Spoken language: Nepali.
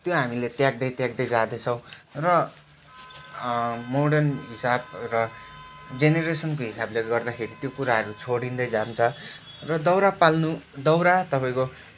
त्यो हामीले त्याग्दै त्याग्दै जाँदैछौँ र मोडर्न हिसाब र जेनेरेसनको हिसाबले गर्दाखेरि त्यो कुराहरू छोडिँदै जान्छ र दाउरा बाल्नु दाउरा तपाईँको